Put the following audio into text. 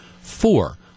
Four